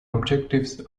objectives